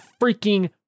freaking